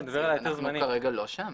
אנחנו כרגע לא שם.